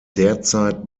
derzeit